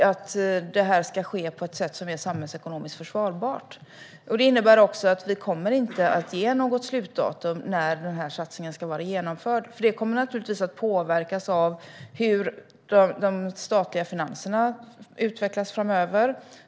Att det ska ske på ett sätt som är samhällsekonomiskt försvarbart innebär att vi inte kommer att ge något slutdatum för när satsningen ska vara genomförd. Det kommer naturligtvis att påverkas av hur de statliga finanserna utvecklas framöver.